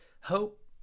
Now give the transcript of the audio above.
hope